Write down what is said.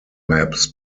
maps